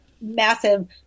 massive